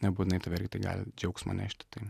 nebūtinai tau irgi tai gali džiaugsmą nešti tai